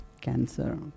cancer